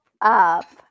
up